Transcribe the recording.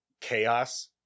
chaos